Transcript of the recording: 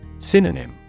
Synonym